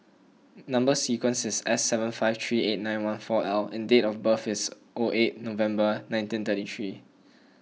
Number Sequence is S seven five three eight one four L and date of birth is O eight November nineteen thirty three